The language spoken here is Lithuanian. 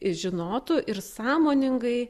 žinotų ir sąmoningai